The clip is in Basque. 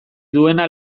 duena